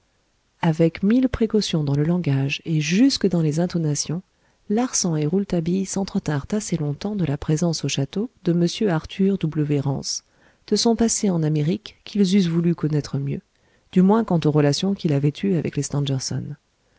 avec mille précautions dans le langage et jusque dans les intonations larsan et rouletabille s'entretinrent assez longtemps de la présence au château de mr arthur w rance de son passé en amérique qu'ils eussent voulu connaître mieux du moins quant aux relations qu'il avait eues avec les